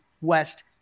West